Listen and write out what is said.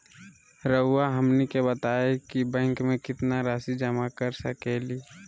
रहुआ हमनी के बताएं कि बैंक में कितना रासि जमा कर सके ली?